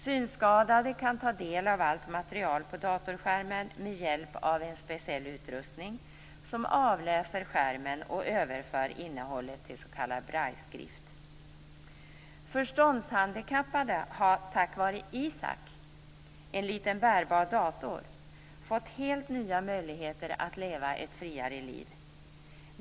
Synskadade kan ta del av allt material på datorskärmen med hjälp av en speciell utrustning som avläser skärmen och överför innehållet till s.k. Brilleskrift. Förståndshandikappade har tack vare Isaac, en liten bärbar dator, fått helt nya möjligheter att leva ett friare liv.